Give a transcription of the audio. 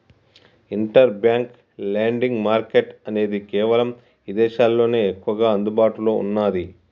inter bank lending market అనేది కేవలం ఇదేశాల్లోనే ఎక్కువగా అందుబాటులో ఉన్నాది